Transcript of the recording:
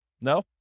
No